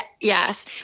yes